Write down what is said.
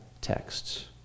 texts